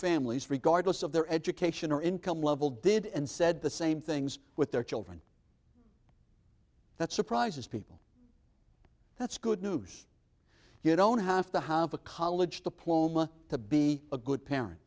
families regardless of their education or income level did and said the same things with their children that surprises people that's good news you don't have to have a college diploma to be a good parent